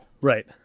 Right